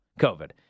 COVID